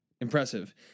impressive